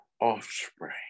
offspring